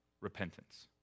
repentance